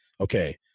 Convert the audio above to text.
Okay